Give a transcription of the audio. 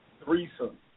Threesome